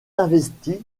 investi